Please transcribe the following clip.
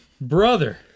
Brother